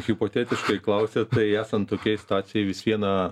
hipotetiškai klausiat tai esant tokiai situacijai vis viena